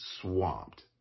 swamped